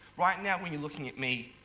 right now when you're looking at me,